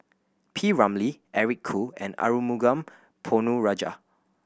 P Ramlee Eric Khoo and Arumugam Ponnu Rajah